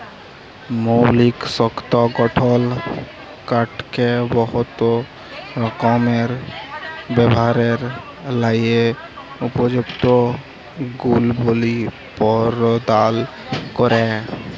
মৌলিক শক্ত গঠল কাঠকে বহুত রকমের ব্যাভারের ল্যাযে উপযুক্ত গুলবলি পরদাল ক্যরে